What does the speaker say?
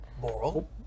Moral